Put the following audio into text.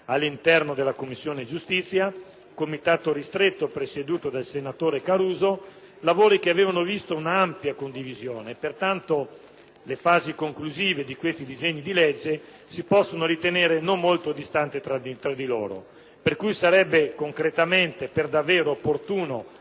all'interno della Commissione giustizia (comitato ristretto presieduto dal senatore Caruso). I lavori avevano visto un'ampia condivisione, per cui le fasi conclusive di questi disegni di legge si possono ritenere non molto distanti tra di loro. Quindi, sarebbe davvero opportuno